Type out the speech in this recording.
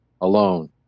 alone